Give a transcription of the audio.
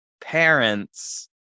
parents